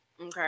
Okay